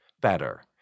better